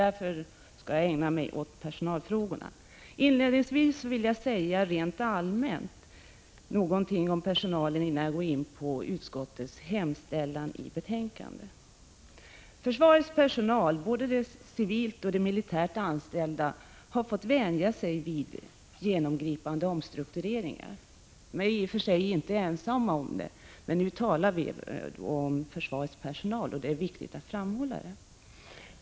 Därför skall jag ägna mig åt personalfrågorna. Jag vill inledningsvis säga något allmänt om personalen, innan jag går in på utskottets hemställan i betänkandet. Försvarets personal, både de civilt och de militärt anställda, har fått vänja sig vid genomgripande omstruktureringar. De är i och för sig inte ensamma om det, men nu talar vi om försvarets personal, och det är viktigt att framhålla detta.